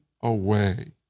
away